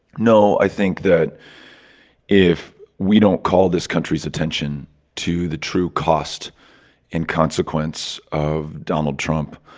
no, i think that if we don't call this country's attention to the true cost and consequence of donald trump,